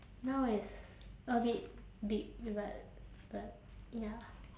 now is a bit big but but ya